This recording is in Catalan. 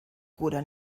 cura